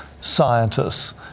scientists